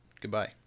goodbye